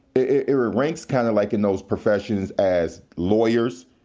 it it ranks kind of like in those professions as lawyers,